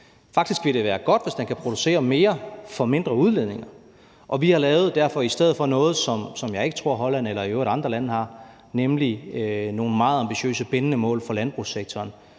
Faktisk ville det være godt, hvis den kunne producere mere for mindre udledninger. Derfor har vi i stedet for lavet noget, som jeg ikke tror Holland eller i øvrigt andre lande har, nemlig nogle meget ambitiøse bindende mål for landbrugssektoren.